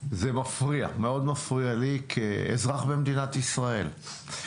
זה מפריע, מאוד מפריע לי כאזרח במדינת ישראל.